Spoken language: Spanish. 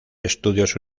estudios